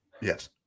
yes